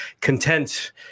Content